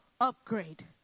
upgrade